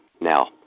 Now